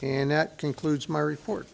and that concludes my report